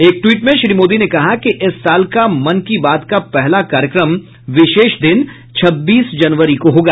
एक ट्वीट में श्री मोदी ने कहा है कि इस साल का मन की बात का पहला कार्यक्रम विशेष दिन छब्बीस जनवरी को होगा